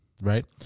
right